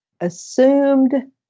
assumed